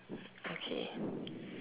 okay